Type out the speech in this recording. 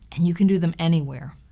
and you can do them anywhere!